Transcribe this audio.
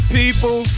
people